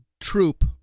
troop